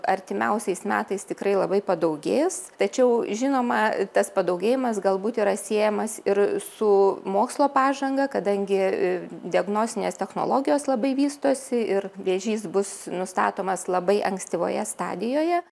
artimiausiais metais tikrai labai padaugės tačiau žinoma tas padaugėjimas galbūt yra siejamas ir su mokslo pažanga kadangi diagnostinės technologijos labai vystosi ir vėžys bus nustatomas labai ankstyvoje stadijoje